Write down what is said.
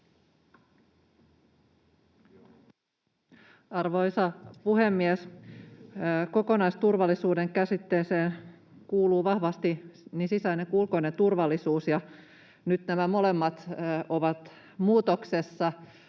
Arvoisa puhemies! Kokonaisturvallisuuden käsitteeseen kuuluu vahvasti niin sisäinen kuin ulkoinen turvallisuus, ja nyt nämä molemmat ovat muutoksessa.